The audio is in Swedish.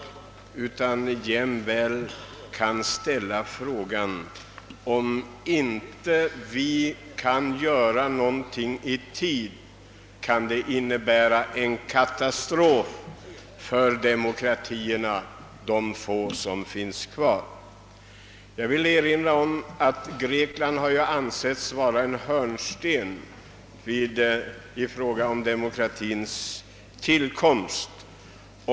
De ger oss också anledning frukta, att om vi inte kan göra något åt saken i tid, kan det innebära katastrof för de få demokratier som ännu finns kvar. Grekland har alltid ansetts vara en demokratins hörnsten, eftersom det var där demokratin kom till.